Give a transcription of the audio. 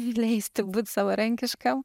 leisti būt savarankiškam